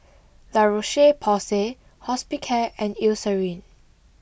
La Roche Porsay Hospicare and Eucerin